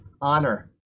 honor